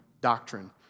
doctrine